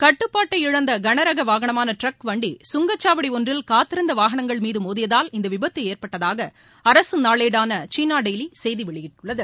கட்டுப்பாட்டை இழந்த கனரக வாகனமான ட்ரக் வண்டி கங்கசாவடி ஒன்றில் காத்திருந்த வாகனங்கள் மீது மோதியதூல் இந்த விபத்து ஏற்பட்டதாக அரசு நாளேடான சீனா டெய்வி செய்தி வெளியிட்டுள்ளது